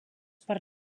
per